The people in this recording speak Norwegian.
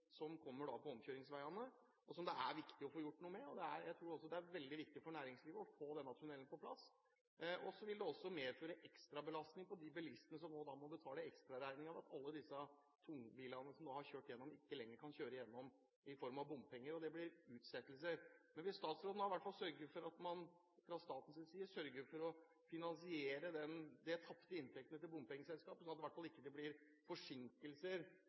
som kommer på omkjøringsveiene, og som det er viktig å få gjort noe med. Jeg tror også det er veldig viktig for næringslivet å få denne tunnelen på plass. Det vil også medføre en ekstrabelastning på de bilistene som må betale ekstraregningen for at alle disse tungbilene som har kjørt igjennom, nå ikke lenger kan kjøre igjennom, i form av bompenger. Og det blir utsettelser. Hvis statsråden i hvert fall hadde sørget for at man fra statens side finansierte de tapte inntektene til bompengeselskapene, hadde det i hvert fall ikke blitt forsinkelser i når dette er nedbetalt. Som sagt, jeg håper virkelig at